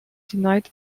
denied